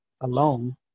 alone